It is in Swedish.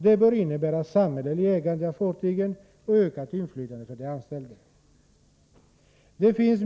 Det bör innebära samhälleligt ägande av fartygen och ökat inflytande för de anställda.